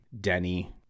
Denny